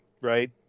right